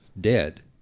dead